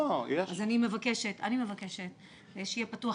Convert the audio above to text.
אז אני מבקשת, שיהיה פתוח